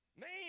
Man